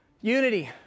Unity